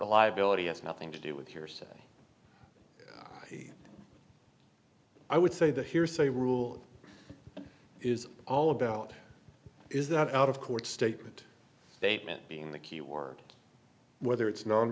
liability has nothing to do with hearsay i would say the hearsay rule is all about is that out of court statement statement being the key word whether it's non